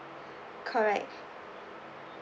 correct